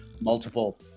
multiple